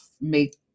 make